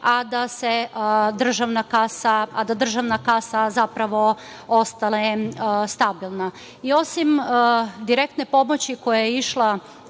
a da državna kasa zapravo ostane stabilna. Osim direktne novčane pomoći koja je išla